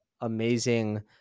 amazing